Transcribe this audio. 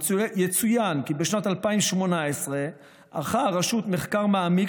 יצוין כי בשנת 2018 ערכה הרשות מחקר מעמיק